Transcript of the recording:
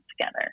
together